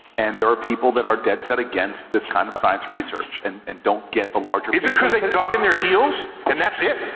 and there are people that are dead set against this kind of science research. and and don't get the larger picture. is it cuz they dug in their heels, and that's it?